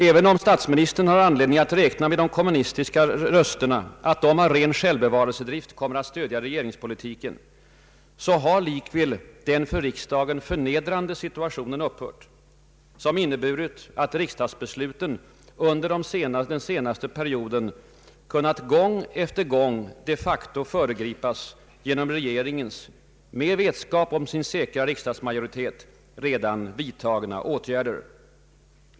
Även om statsministern har anledning att räkna med att de kommunistiska representanterna av ren självbevarelsedrift kommer att stödja regeringspolitiken, har likväl den för riksdagen förnedrande situationen upphört, som inneburit att riksdagsbesluten under den senaste perioden kunnat gång efter annan de facto föregripas genom regeringens, med vetskap om sin säkra riksdagsmajoritet, redan vidtagna åtgärder.